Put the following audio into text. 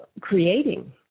creating